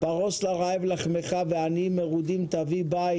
"פרס לרעב לחמך ועניים מרודים תביא בית,